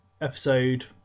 Episode